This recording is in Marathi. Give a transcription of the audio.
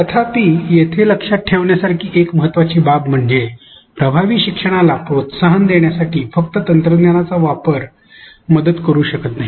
तथापि येथे लक्षात ठेवण्यासारखी एक महत्त्वाची बाब म्हणजे प्रभावी शिक्षणाला प्रोत्साहन देण्यासाठी फक्त तंत्रज्ञानाचा वापर मदत करू शकत नाही